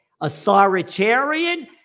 Authoritarian